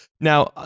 Now